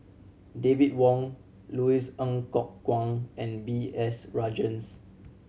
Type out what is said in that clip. David Wong Louis Ng Kok Kwang and B S Rajhans